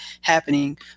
happening